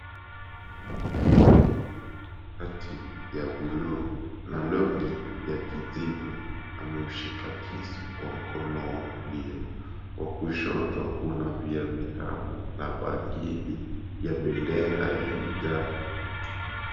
Kwenye koti ya buluu na longi ya kijivu ameushika kisu kwa mkono wa kulia. Wa kushoto una viazi vitamu na bangili ya bendera ya Uganda.